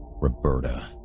Roberta